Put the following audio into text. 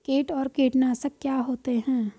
कीट और कीटनाशक क्या होते हैं?